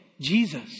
Jesus